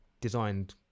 designed